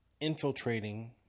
infiltrating